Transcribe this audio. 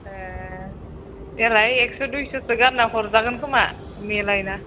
ए देलाय एकस' दुइस'सो गारना हरजागोन खोमा मिलायना